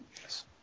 Yes